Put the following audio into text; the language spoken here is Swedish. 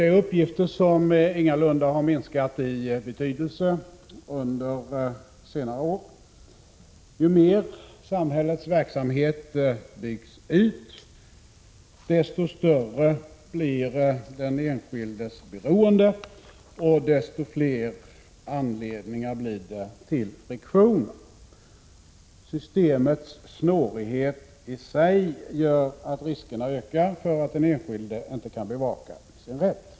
Det är uppgifter som ingalunda har minskat i betydelse under senare år. Ju mer samhällets verksamheter byggs ut, desto större blir den enskildes beroende och desto fler anledningar blir det till friktioner. Systemets snårighet i sig gör att riskerna ökar för att den enskilde inte kan bevaka sin rätt.